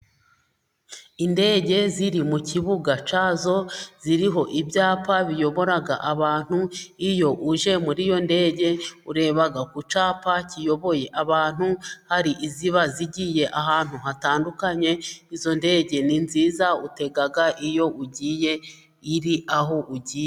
Indege iri mu kibuga cyayo, iriho ibyapa biyobora abantu, iyo uje muri iyo ndege, ureba ku cyapa kiyoboye abantu, hari iziba zigiye ahantu hatandukanye, izo ndege ni nziza utega iyo ugiye iri aho ugiye.